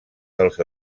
dels